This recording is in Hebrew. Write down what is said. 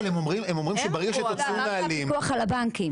אבל הם אומרים שברגע שיקצרו נהלים --- הפיקוח על הבנקים.